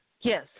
Yes